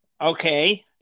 Okay